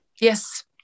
Yes